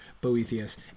Boethius